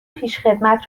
پیشخدمت